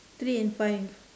three and five